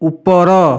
ଉପର